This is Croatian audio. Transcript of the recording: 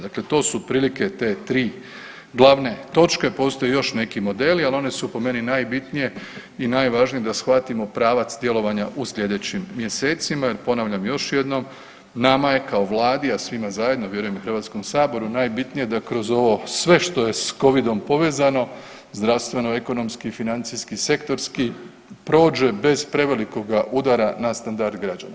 Dakle, to su otprilike te tri glavne točke, postoje još neki modeli, ali one su po meni najbitnije i najvažnije da shvatimo pravac djelovanja u slijedećim mjesecima jer ponavljam još jednom nama je kao vladi, a svima zajedno vjerujem i Hrvatskom saboru najbitnije da kroz ovo sve što je s Covidom povezano, zdravstveno, ekonomski i financijski sektorski prođe bez prevelikoga udara na standard građana.